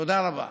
תודה רבה.